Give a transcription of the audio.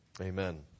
Amen